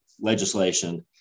legislation